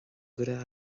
gcuireadh